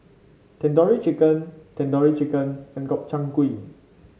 Tandoori Chicken Tandoori Chicken and Gobchang Gui